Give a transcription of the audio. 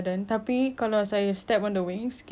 I've never ever hit like